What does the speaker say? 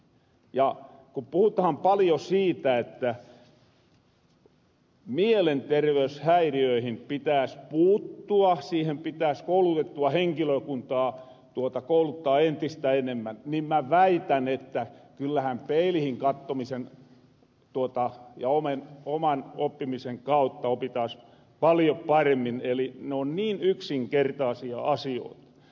ja kun puhutahan paljo siitä että mielenterveyshäiriöihin pitääs puuttua siihen pitäs koulutettua henkilökuntaa kouluttaa entistä enemmän niin mä väitän että kyllähän peilihin kattomisen ja oman oppimisen kautta opittaas paljo paremmin eli ne on niin yksinkertaasia asioita